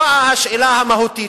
באה השאלה המהותית,